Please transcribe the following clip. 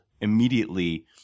immediately